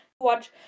watch